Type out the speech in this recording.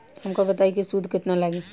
हमका बताई कि सूद केतना लागी?